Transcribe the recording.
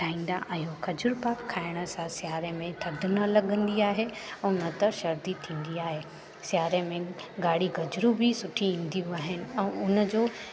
ठाहींदा आहियूं खजूर पाक खाइण सां सियारे में थधि न लॻंदी आहे ऐं न त सर्दी थींदी आहे सियारे में ॻाढ़ी गजरूं बि सुठी ईंदियूं आहिनि ऐं उनजो